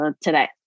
today